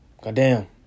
Goddamn